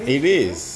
it is